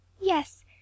yes